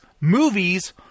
movies